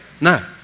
No